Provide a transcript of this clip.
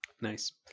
Nice